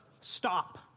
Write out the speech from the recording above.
stop